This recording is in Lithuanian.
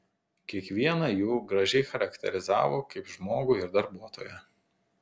kiekvieną jų gražiai charakterizavo kaip žmogų ir darbuotoją